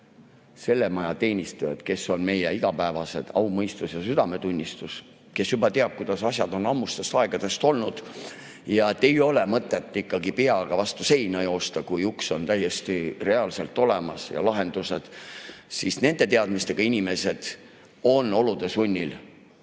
Selle maja teenistujad, kes on meie igapäevased au, mõistus ja südametunnistus, kes teavad, kuidas asjad on ammustest aegadest olnud ja et ei ole mõtet ikkagi peaga vastu seina joosta, kui uks ehk lahendused on täiesti reaalselt olemas – nende teadmistega inimesed on olude sunnil